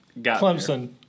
Clemson